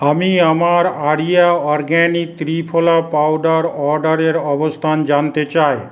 আমি আমার Aria organic triphala powder অর্ডারের অবস্থান জানতে চাই